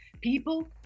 People